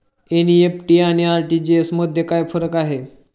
NEFT आणि RTGS मध्ये काय फरक आहे?